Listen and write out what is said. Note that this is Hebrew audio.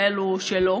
כאלה שלא.